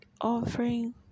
offering